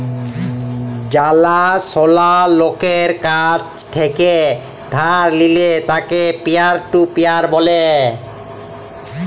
জালা সলা লকের কাছ থেক্যে ধার লিলে তাকে পিয়ার টু পিয়ার ব্যলে